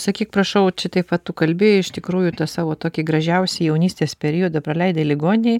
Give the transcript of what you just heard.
sakyk prašau čia taip va tu kalbi iš tikrųjų tą savo tokį gražiausią jaunystės periodą praleidai ligoninėj